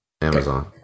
Amazon